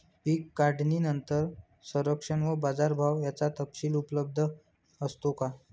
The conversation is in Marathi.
पीक काढणीनंतर संरक्षण व बाजारभाव याचा तपशील उपलब्ध असतो का?